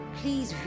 please